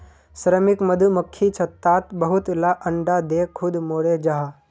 श्रमिक मधुमक्खी छत्तात बहुत ला अंडा दें खुद मोरे जहा